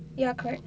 ya correct